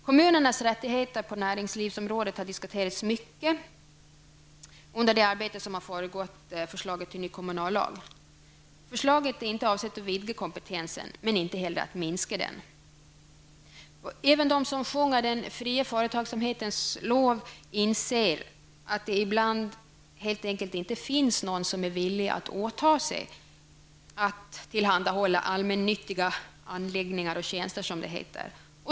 Kommunernas rättigheter på näringslivsområdet har diskuterats mycket under det arbete som har föregått förslaget till ny kommunallag. Förslaget är inte avsett att vidga kompetensen, men inte heller att minska den. Även de som sjunger den fria företagsamhetens lov inser att det ibland helt enkelt inte finns någon som är villig att åta sig att tillhandahålla allmännyttiga anläggningar och tjänster, som det heter.